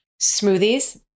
smoothies